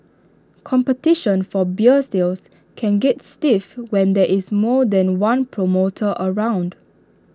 competition for beer sales can get stiff when there is more than one promoter around